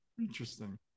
interesting